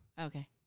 Okay